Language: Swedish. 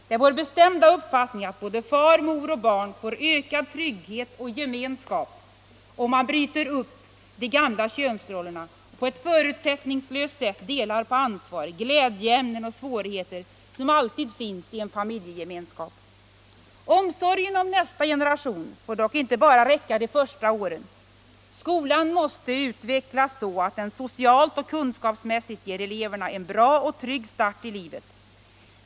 Det är vår bestämda uppfattning att både far, mor och barn får ökad trygghet och gemenskap om man bryter upp de gamla könsrollerna Allmänpolitisk debatt Allmänpolitisk debatt och på ett förutsättningslöst sätt delar på ansvar, glädjeämnen och svårigheter som alltid finns i en familjegemenskap. Omsorgen om nästa generation får dock inte bara räcka de första åren. Skolan måste utvecklas så att den socialt och kunskapsmässigt ger eleverna en bra och trygg start i livet.